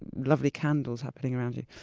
lovely candles happening around you.